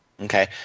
Okay